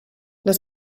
les